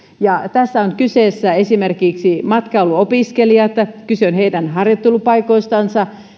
tässä ovat kyseessä esimerkiksi matkailuopiskelijat kyse on heidän harjoittelupaikoistaan